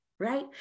right